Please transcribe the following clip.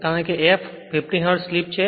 કારણ કે f 50 hertz slip છે